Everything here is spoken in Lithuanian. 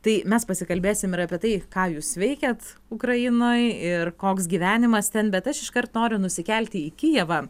tai mes pasikalbėsim ir apie tai ką jūs veikiat ukrainoj ir koks gyvenimas ten bet aš iškart noriu nusikelti į kijevą